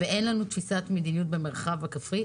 ושאין לנו תפיסת מדיניות במרחב הכפרי.